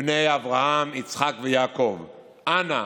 לבני אברהם, יצחק ויעקב: אנא